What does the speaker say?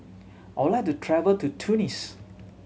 I would like to travel to Tunis